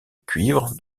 cuivre